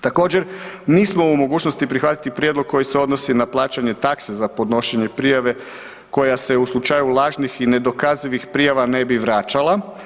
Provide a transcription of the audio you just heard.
Također, nismo u mogućnosti prihvatiti prijedlog koji se odnosi na plaćanje takse za podnošenje prijave koja se u slučaju lažnih i nedokazivih prijava ne bi vraćala.